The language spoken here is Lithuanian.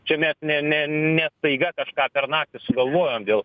čia mes ne ne ne staiga kažką per naktį sugalvojom dėl